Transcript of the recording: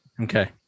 Okay